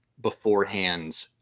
beforehand